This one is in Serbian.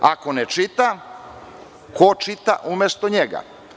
Ako ne čita ko čita umesto njega?